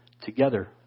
Together